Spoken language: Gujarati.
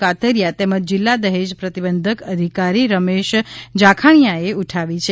કાતરીયા તેમજ જિલ્લા દહેજ પ્રતિબંધક અધિકારી રમેશ જાખાણીયાએ ઉઠાવી છે